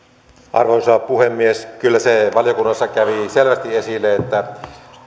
arvoisa puhemies kyllä se valiokunnassa kävi selvästi esille että